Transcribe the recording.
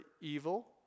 evil